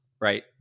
right